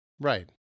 Right